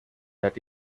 that